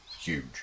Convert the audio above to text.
huge